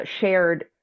shared